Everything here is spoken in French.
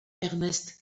ernest